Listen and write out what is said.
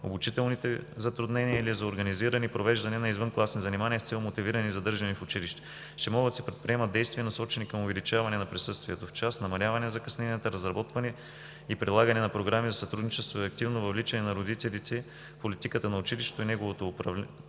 обучителните затруднения или за организиране и провеждане на извънкласни занимания с цел мотивиране и задържане в училище. Ще могат да се предприемат действия, насочени към увеличаване на присъствието в час, намаляване на закъсненията, разработване и прилагане на програми за сътрудничество и активно въвличане на родителите в политиката на училището и неговото управление.